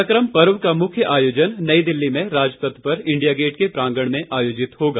पराकम पर्व का मुख्य आयोजन नई दिल्ली में राजपथ पर इंडिया गेट के प्रांगण में आयोजित होगा